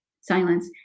silence